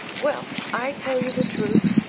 well! i tell you the truth.